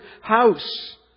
house